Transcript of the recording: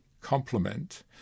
complement